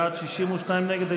45 בעד, 62 נגד.